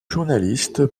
journaliste